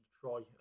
try